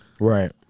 Right